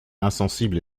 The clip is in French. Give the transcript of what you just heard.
insensible